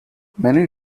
many